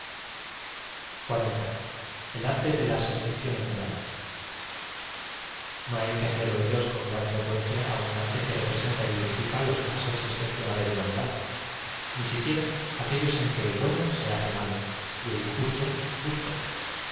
xl el arte dé las sxctpcionés moraus no b a j que hacer oidos con gran frecuencia á un arte que representa y glorifica los casos ezcepcionales de la m oral ni siquiera aquellos en que el bueno se hace malo y el ídjusto justo